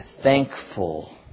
thankful